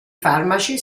farmaci